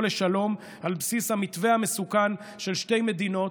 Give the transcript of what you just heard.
לשלום על בסיס המתווה המסוכן של שתי מדינות,